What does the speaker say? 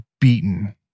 beaten